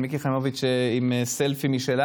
בפניכם ואתם תגידו "מתחייב אני".